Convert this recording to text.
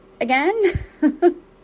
again